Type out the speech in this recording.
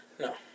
No